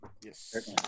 Yes